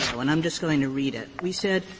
and i'm just going to read it. we said,